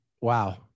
wow